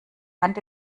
hand